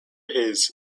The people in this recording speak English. his